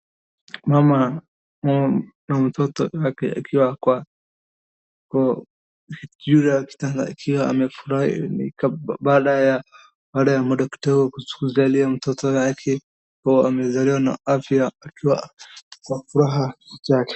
mama na mtoto wake akiwa juu ya kitanda akiwa amefurahi ni baada ya madaktari kuzalia mtoto wake amezaliwa na afya akiwa na furaha